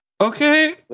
okay